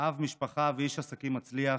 אב משפחה ואיש עסקים מצליח,